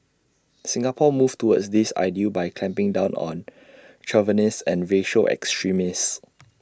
Singapore moved towards this ideal by clamping down on chauvinists and racial extremists